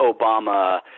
Obama